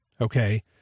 Okay